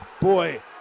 Boy